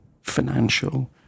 financial